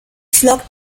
flockt